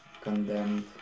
condemned